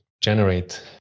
generate